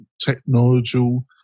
technological